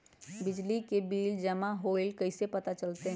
बिजली के बिल जमा होईल ई कैसे पता चलतै?